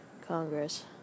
Congress